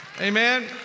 amen